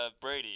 Brady